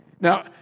Now